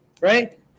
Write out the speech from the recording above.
right